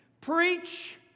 Preach